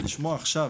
ולשמוע עכשיו